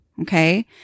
Okay